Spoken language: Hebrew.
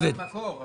גם